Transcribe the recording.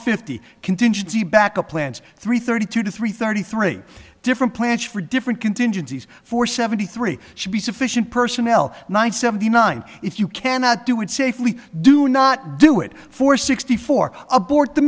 fifty contingency backup plans three thirty two to three thirty three different plans for different contingencies for seventy three should be sufficient personnel nine seventy nine if you cannot do it safely do not do it for sixty four abort the